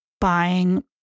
buying